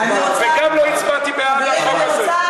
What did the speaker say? וגם לא הצבעתי בעד החוק הזה.